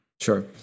Sure